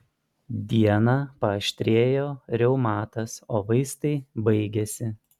dieną paaštrėjo reumatas o vaistai baigėsi